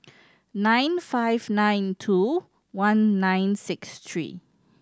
nine five nine two one nine six three